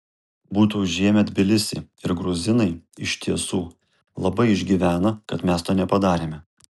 būtų užėmę tbilisį ir gruzinai iš tiesų labai išgyvena kad mes to nepadarėme